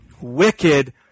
Wicked